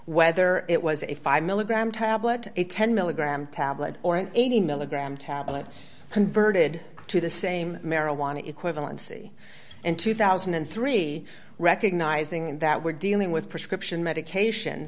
whether it was a five milligram tablet a ten milligram tablet or an eighty milligram tablet converted to the same marijuana equivalency in two thousand and three recognizing that we're dealing with prescription medication